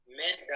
men